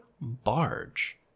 barge